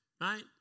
Right